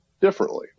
differently